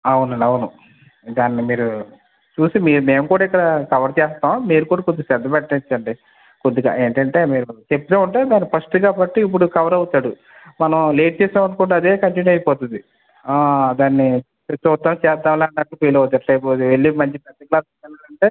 అవును అండి అవును దాన్ని మీరు చూసి మీరు మేము కూడా ఇక్కడ కవర్ చేస్తాం మీరు కూడా కొద్దిగా శ్రద్ద పెట్టించండి కొద్దిగా ఏంటి అంటే మీరు చెప్తుంటే దాని ఫస్ట్ కాబట్టి ఇప్పుడు కవర్ అవుతడు మనం లేట్ చేశాము అనుకోండి అదే కంటిన్యూ అయిపోతుంది దాన్ని చూద్దాం చేద్దాంలే అన్నట్టు ఫీల్ అవుతాడు రేపు వెళ్ళేది మంచి పెద్ద క్లాసులకి వెళ్ళాలంటే